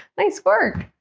nice work!